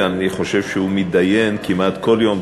ואני חושב שהוא מתדיין כמעט כל יום,